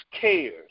cares